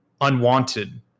unwanted